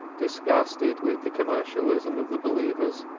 disgusted with the commercialism of the believers.